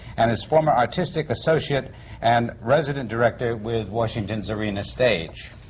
and is former artistic associate and resident director with washington's arena stage.